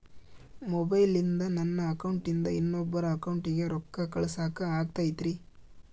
ಮೊಬೈಲಿಂದ ನನ್ನ ಅಕೌಂಟಿಂದ ಇನ್ನೊಬ್ಬರ ಅಕೌಂಟಿಗೆ ರೊಕ್ಕ ಕಳಸಾಕ ಆಗ್ತೈತ್ರಿ?